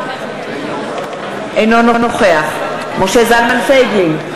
אינו נוכח משה זלמן פייגלין,